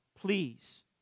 Please